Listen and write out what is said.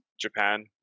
Japan